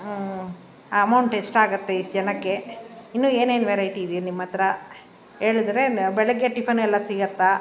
amount ಎಷ್ಟಾಗುತ್ತೆ ಇಷ್ಟು ಜನಕ್ಕೆ ಇನ್ನೂ ಏನೇನು ವೆರೈಟಿ ಇವೆ ನಿಮ್ಮ ಹತ್ರ ಹೇಳಿದ್ರೇ ಬೆಳಗ್ಗೆ ಟಿಫನ್ ಎಲ್ಲ ಸಿಗುತ್ತಾ